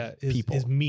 people